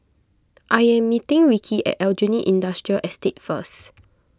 I am meeting Rikki at Aljunied Industrial Estate first